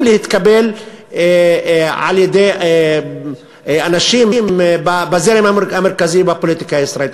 להתקבל על-ידי אנשים בזרם המרכזי בפוליטיקה הישראלית.